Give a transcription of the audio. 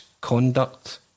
conduct